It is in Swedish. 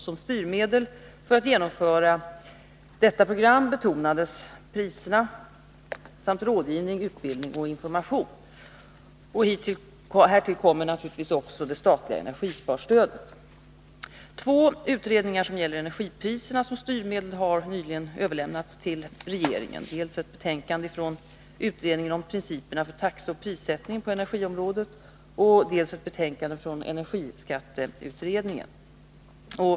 Som styrmedel för att genomföra detta program betonades priser samt rådgivning, utbildning och information. Härtill kommer naturligtvis det statliga energisparstödet. Två utredningar som gäller energipriserna som styrmedel har nyligen överlämnats till regeringen: dels ett betänkande från utredningen om principerna för taxeoch prissättning på energiområdet, dels ett betänkande från energiskatteutredningen.